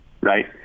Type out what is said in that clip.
right